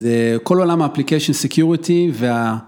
כל עולם ה-application security.